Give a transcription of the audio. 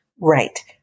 Right